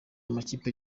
amakipe